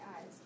eyes